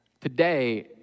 Today